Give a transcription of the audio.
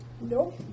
Nope